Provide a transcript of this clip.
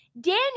Daniel